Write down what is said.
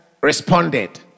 responded